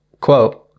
quote